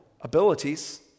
abilities